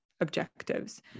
objectives